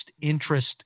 interest